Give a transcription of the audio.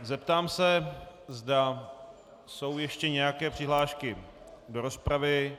Zeptám se, zda jsou ještě nějaké přihlášky do rozpravy.